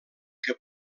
que